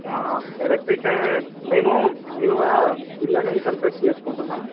electrician మేము న్యూగా ఇల్లు అనేది కన్స్ట్రక్ట్ చేసుకుంటున్నాం